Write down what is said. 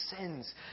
sins